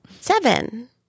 Seven